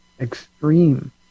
extreme